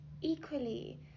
equally